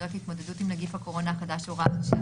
סמכויות מיוחדות להתמודדות עם נגיף הקורונה החדש (הוראת שעה)